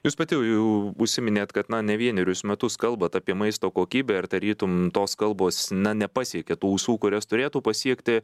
jūs pati jau užsiminėt net kad na ne vienerius metus kalbat apie maisto kokybę ir tarytum tos kalbos na nepasiekia tų kurias turėtų pasiekti